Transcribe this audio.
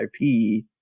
IP